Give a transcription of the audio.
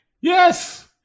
Yes